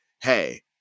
Hey